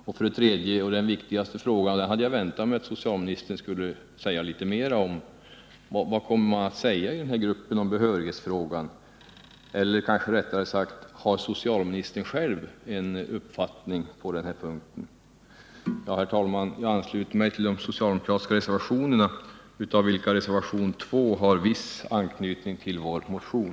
Min tredje och viktigaste fråga hade jag väntat mig att socialministern skulle säga litet mer om, nämligen vad denna grupp kommer att säga i behörighetsfrågan. Har socialministern själv en uppfattning på den punkten? Herr talman! Jag ansluter mig till de socialdemokratiska reservationerna, av vilka reservationen 2 har viss anknytning till vår motion.